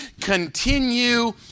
Continue